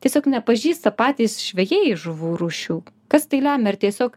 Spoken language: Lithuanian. tiesiog nepažįsta patys žvejai žuvų rūšių kas tai lemia ar tiesiog